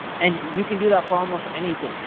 and you can do that for almost anything,